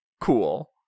cool